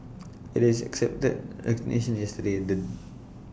IT is accepted resignation yesterday the